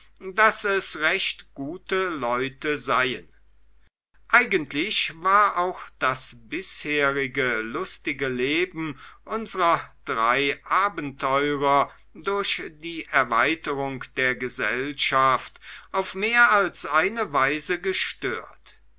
daß es recht gute leute seien eigentlich war auch das bisherige lustige leben unsrer drei abenteurer durch die erweiterung der gesellschaft auf mehr als eine weise gestört